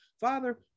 Father